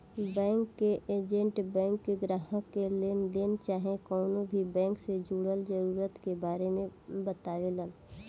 bank के agent bank के ग्राहक के लेनदेन चाहे कवनो भी बैंक से जुड़ल जरूरत के बारे मे बतावेलन